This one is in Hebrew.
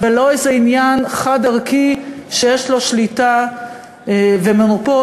ולא איזה עניין חד-ערכי שיש לו שליטה ומונופול,